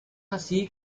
así